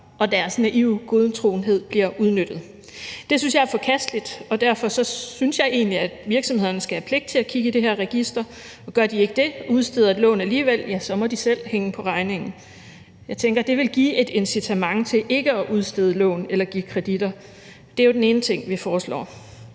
og deres naive godtroenhed bliver udnyttet. Det synes jeg er forkasteligt, og derfor synes jeg egentlig, at virksomhederne skal have pligt til at kigge i det her register, og gør de ikke det og udsteder et lån alligevel, så må de selv hænge på regningen. Jeg tænker, at det vil give et incitament til ikke at udstede lån eller give kreditter. Det er den ene ting, vi foreslår.